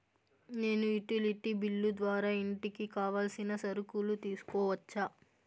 నేను utility bill ద్వారా ఇంటికి కావాల్సిన సరుకులు తీసుకోవచ్చా?